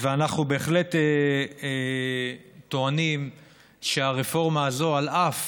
ואנחנו בהחלט טוענים שהרפורמה הזאת, על אף